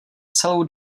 celou